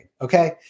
okay